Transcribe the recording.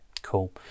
Cool